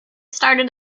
started